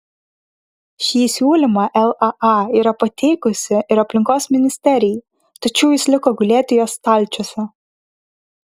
šį siūlymą laa yra pateikusi ir aplinkos ministerijai tačiau jis liko gulėti jos stalčiuose